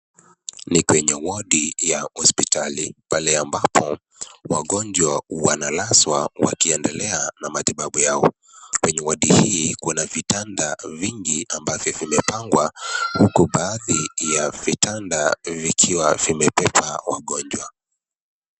Ni kwenye ward ya hospitali, pale ambapo wagonjwa wanalazwa wakiendelea na matibabu yao. Kwenye ward hii kuna vitanda vingi ambavyo vimepangwa, huku baadhi ya vitanda vikiwa vimebeba wagonjwa.